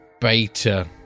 beta